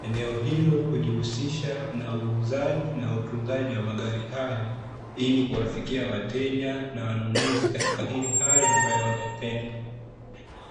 Eneo hilo hujihusisha na uuzaji na utunzaji wa magari hayo ili kuwafikia wateja na wanunuzi katika ile hali ambayo wanaipenda.